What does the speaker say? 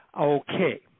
Okay